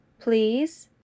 please